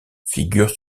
figure